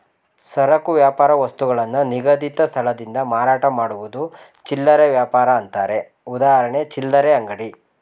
ಸರಕು ವ್ಯಾಪಾರ ವಸ್ತುಗಳನ್ನು ನಿಗದಿತ ಸ್ಥಳದಿಂದ ಮಾರಾಟ ಮಾಡುವುದು ಚಿಲ್ಲರೆ ವ್ಯಾಪಾರ ಅಂತಾರೆ ಉದಾಹರಣೆ ಚಿಲ್ಲರೆ ಅಂಗಡಿ